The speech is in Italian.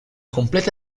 completa